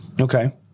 Okay